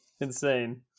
insane